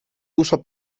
uso